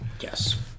Yes